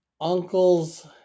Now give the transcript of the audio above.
uncle's